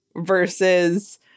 versus